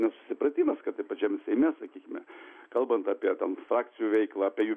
nesusipratimas kad ir pačiam seime sakykime kalbant apie ten frakcijų veikla apie jų